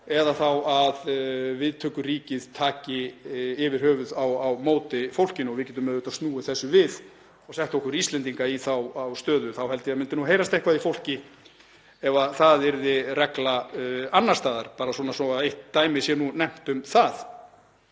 eða þá að viðtökuríkið taki yfir höfuð á móti fólkinu. Við getum auðvitað snúið þessu við og sett okkur Íslendinga í þá stöðu. Ég held að það myndi nú heyrast eitthvað í fólki ef það yrði regla annars staðar, bara svo eitt dæmi sé nefnt um það.